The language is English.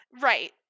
right